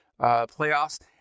playoffs